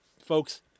folks